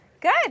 good